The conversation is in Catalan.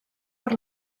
per